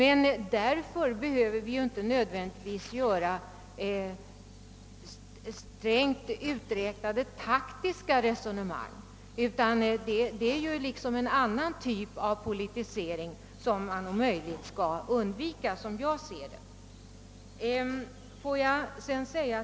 Fördenskull behöver vi inte nödvändigtvis föra strängt uträknade taktiska resonemang — den typen av politisering bör vi, som jag ser det, försöka undvika.